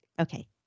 Okay